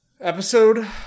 Episode